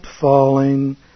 falling